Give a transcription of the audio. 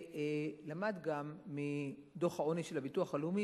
כן למד השר מדוח העוני של הביטוח הלאומי